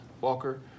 Walker